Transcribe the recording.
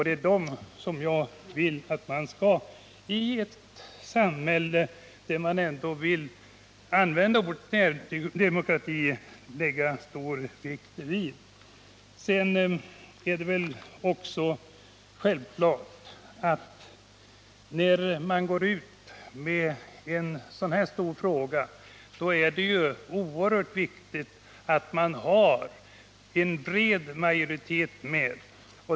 Det är vid dessa som jag vill att man — i ett samhälle om vilket man gärna vill kunna använda ordet närdemokrati — skall kunna lägga stor vikt. När man går ut med en fråga av denna storleksordning är det givetvis oerhört viktigt att få en bred majoritet.